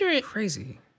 crazy